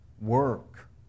work